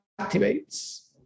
activates